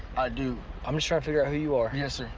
i do i'm just trying to figure out who you are. yes,